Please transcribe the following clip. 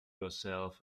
herself